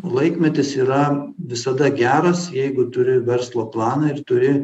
laikmetis yra visada geras jeigu turi verslo planą ir turi